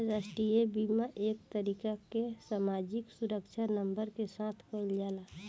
राष्ट्रीय बीमा एक तरीके कअ सामाजिक सुरक्षा नंबर के साथ कइल जाला